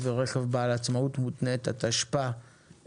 (רכב עצמאי ורכב בעל עצמאות מותנית), התשפ"א-2021.